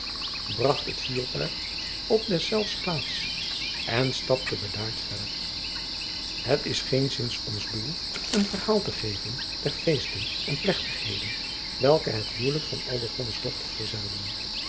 bracht het vuurtuig op deszelfs plaats en stapte bedaard verder het is geenszins ons doel een verhaal te geven der feesten en plechtigheden welke het huwelijk van aldegondes dochter verzelden